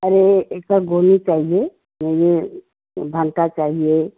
अरे एक और गोली चाहिए यह भंटा चाहिए